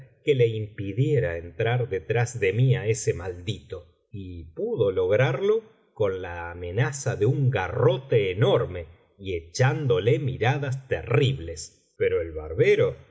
que le impidiera entrar detrás de mí á ese maldito y pudo lograrlo con la amenaza de un garrote enorme y echándole miradas terribles pero el barbero